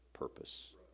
purpose